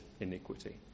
iniquity